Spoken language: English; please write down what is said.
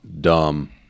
dumb